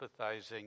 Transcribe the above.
empathizing